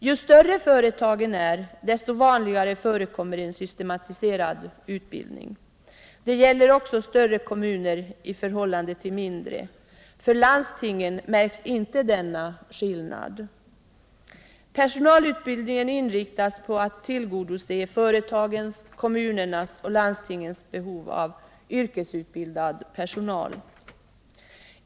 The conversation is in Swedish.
Ju större företagen är, desto vanligare är det att de har en systematiserad utbildning. Det gäller också större kommuner i förhållande till mindre. För landstingen märks inte denna skillnad. Personalutbildningen inriktas på att tillgodose företagens, kommunernas och landstingens behov av yrkesutbildad personal.